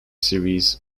series